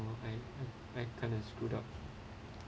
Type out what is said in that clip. I I I kind of screwed up